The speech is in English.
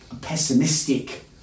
pessimistic